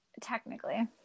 technically